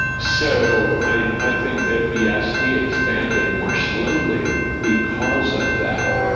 so, i i think that bsd expanded more slowly, because of that.